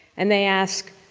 and they ask,